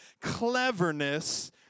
cleverness